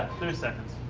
three seconds.